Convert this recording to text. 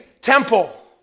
temple